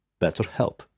BetterHelp